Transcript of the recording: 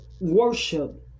worship